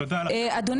זכות